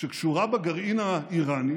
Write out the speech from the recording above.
שקשורה בגרעין האיראני,